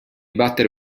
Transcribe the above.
battere